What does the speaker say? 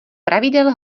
pravidel